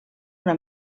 una